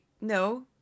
no